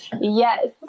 yes